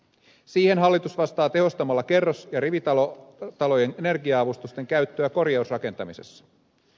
siihen hallitus vastaa tehostamalla kerros ja rivitalojen energia avustusten käyttöä korjausrakentamisessa